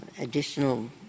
additional